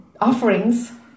offerings